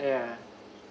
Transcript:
yeah